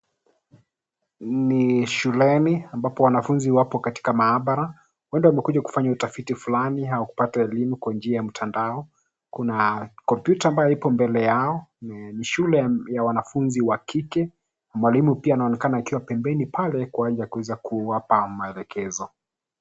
Ni shuleni ambapo wanafunzi wapo katika maabara. Huenda wamekuja kufanya utafiti fulani au kupata elimu kwa njia ya mtandao. Kuna kompyuta ambayo mbele yao. Ni shule ya wanafunzi wa kike. Mwalimu pia anaonekana akiwa pembeni pale kuweza kuwapa maelekezo.